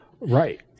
Right